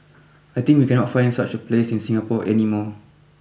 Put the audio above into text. I think we cannot find such a place in Singapore any more